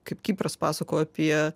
kaip kipras pasakojo apie